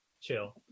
chill